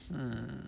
mm